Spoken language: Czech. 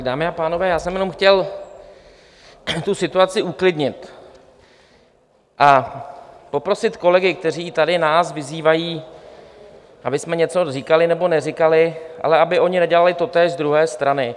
Dámy a pánové, já jsem jenom chtěl tu situaci uklidnit a poprosit kolegy, kteří tady nás vyzývají, abychom něco říkali nebo neříkali, aby ale oni nedělali totéž z druhé strany.